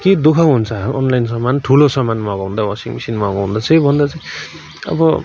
के दुख हुन्छ अनलाइन सामान ठुलो सामान मगाउँदा वासिङ मेसिन मगाउँदा चाहिँ भन्दा चाहिँ अब